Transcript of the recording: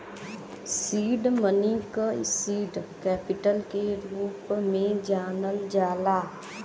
seed money क seed capital के रूप में जानल जाला